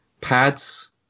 pads